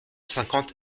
cinquante